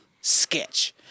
sketch